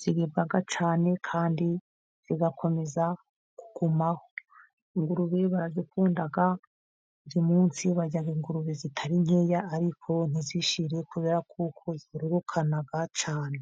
ziribwa cyane kandi zigakomeza kugumaho. Ingurube barazikunda ,buri munsi barya ingurube zitari nkeya ariko ntizishire, kubera ko zororoka cyane.